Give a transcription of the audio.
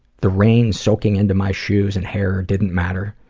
the rain soaking into my shoes and hair didn't matter.